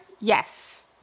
Yes